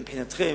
מבחינתכם,